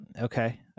Okay